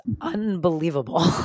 unbelievable